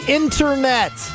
internet